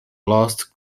lost